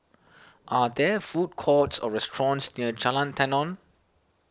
are there food courts or restaurants near Jalan Tenon